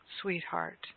sweetheart